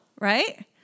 right